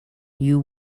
you